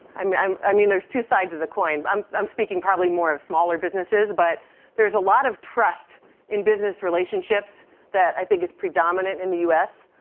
i mean i mean there's two sides of the coin. i'm i'm speaking probably more of smaller businesses. but there's a lot of trust in business relationships that i think is predominate in the us.